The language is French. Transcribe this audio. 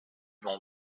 mont